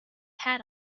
hat